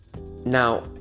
now